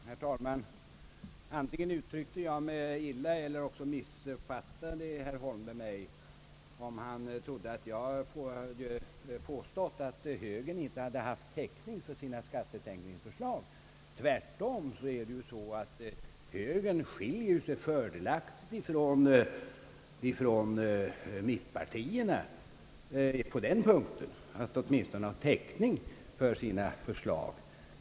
Herr talman! Antingen uttryckte jag mig illa, eller också missuppfattade herr Holmberg vad jag sade, när han trodde att jag påstått att högern inte skulle ha täckning för sina skattesänkningsförslag. Tvärtom anser jag att högern skiljer sig fördelaktigt från mittpartierna så till vida att högern åtminstone har täckning för sina förslag.